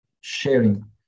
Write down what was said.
sharing